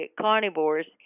carnivores